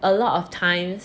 a lot of times